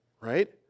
right